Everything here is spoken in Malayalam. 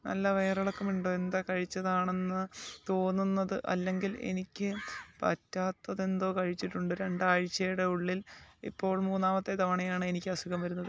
നല്ല വയറിളക്കം ഉണ്ട് എന്തോ കഴിച്ചതാണെന്നാ തോന്നുന്നത് അല്ലെങ്കിൽ എനിക്ക് പറ്റാത്തത് എന്തോ കഴിച്ചിട്ടുണ്ട് രണ്ട് ആഴ്ചയുടെ ഉള്ളിൽ ഇപ്പോൾ മൂന്നാമത്തെ തവണയാണ് എനിക്ക് അസുഖം വരുന്നത്